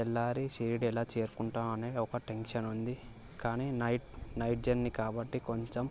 తెల్లారి షిరిడీ ఎలా చేరుకుంటానని ఒక టెన్షన్ ఉంది కానీ నైట్ నైట్ జర్నీ కాబట్టి కొంచెం